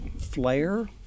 flare